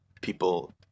people